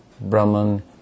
Brahman